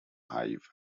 hive